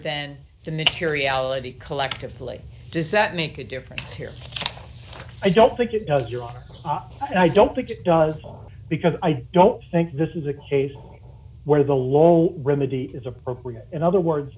than the materiality collectively does that make a difference here i don't think it does your clock and i don't think it does because i don't think this is a case where the low remedy is appropriate in other words